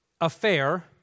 affair